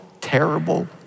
terrible